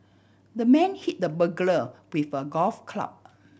the man hit the burglar with a golf club